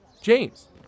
James